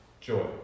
Joy